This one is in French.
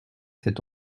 celle